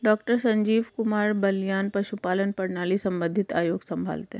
doctor Sanjeev Kumar Baliyan पशुपालन प्रणाली संबंधित आयोग संभालते हैं